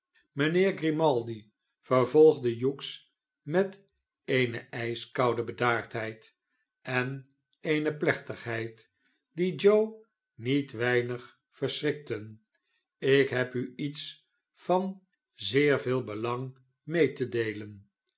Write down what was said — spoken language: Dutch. mynheer grimaldi vervolgde hughes met eene h'skoude bedaardheid en eene plechtigheid die joe niet weinig verschrikten ik heb u iets van zeer veel belang mee te deelen